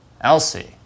Elsie